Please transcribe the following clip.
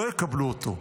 לא יקבלו אותו.